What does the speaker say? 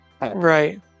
Right